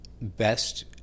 best